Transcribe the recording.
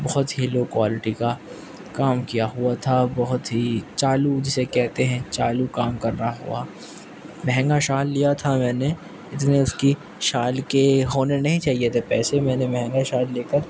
بہت ہی low quality کا کام کیا ہوا تھا بہت ہی چالو جسے کہتے ہیں چالو کام کرا ہوا مہنگا شال لیا تھا میں نے اتنے اس کی شال کے ہونے نہیں چاہیے تھے پیسے میں نے مہنگا شال لے کر